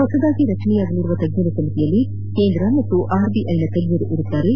ಹೊಸತಾಗಿ ರಚನೆಯಾಗಲಿರುವ ತಜ್ಞರ ಸಮಿತಿಯಲ್ಲಿ ಕೇಂದ್ರ ಹಾಗೂ ಆರ್ಬಿಐನ ತಜ್ಞರು ಇರಲಿದ್ದು